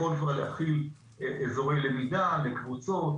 הוא יכול להכיל אזורי למידה לקבוצות,